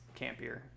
campier